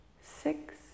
six